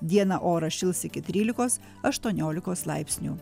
dieną oras šils iki trylikos aštuoniolikos laipsnių